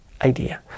idea